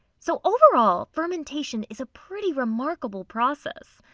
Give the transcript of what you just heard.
so overall, fermentation is a pretty remarkable process.